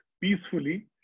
peacefully